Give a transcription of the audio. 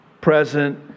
present